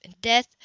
death